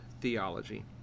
theology